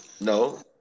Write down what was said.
No